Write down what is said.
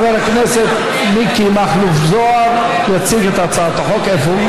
חבר הכנסת מיקי מכלוף זוהר יציג את הצעת החוק.